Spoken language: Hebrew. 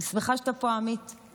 אני שמחה שאתה פה, עמית.